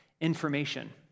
information